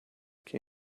can